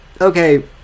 okay